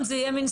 אחד